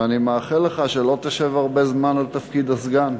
ואני מאחל לך שלא תשב הרבה זמן בתפקיד הסגן.